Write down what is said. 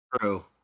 true